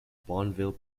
bonneville